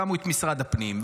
שמו את משרד הפנים,